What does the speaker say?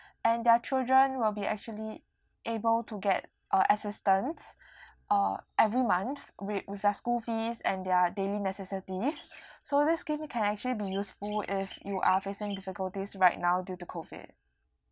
and their children will be actually able to get uh assistance uh every month wi~ with their school fees and their daily necessities so this scheme can actually be useful if you are facing difficulties right now due to COVID